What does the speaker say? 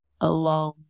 alone